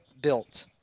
built